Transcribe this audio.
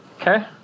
Okay